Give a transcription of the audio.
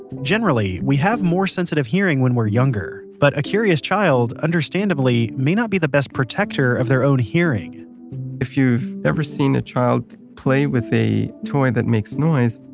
generally, we have more sensitive hearing when we're younger. but a curious child, understandably, may not be the best protector of their own hearing if you've ever seen a child play with a toy that makes noise,